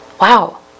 Wow